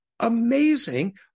Amazing